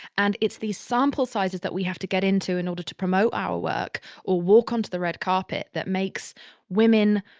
and it's these sample sizes that we have to get into in order to promote our work or walk um onto the red carpet that makes women,